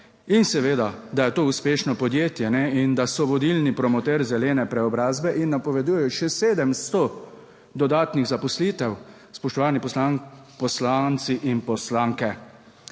In seveda, da je to uspešno podjetje in da so vodilni promotor zelene preobrazbe in napovedujejo še 700 dodatnih zaposlitev. Spoštovani poslanci in poslanke.